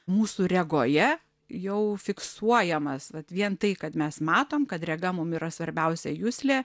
mūsų regoje jau fiksuojamas vat vien tai kad mes matom kad rega mum yra svarbiausia juslė